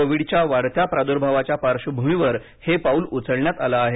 कोविडच्या वाढत्या प्रादुर्भावाचा पार्श्वभूमीवर हे पाऊल उचलण्यात आलं आहे